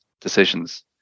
decisions